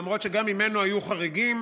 למרות שגם ממנו היו חריגים,